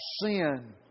sin